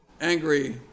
angry